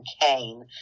kane